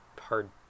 hard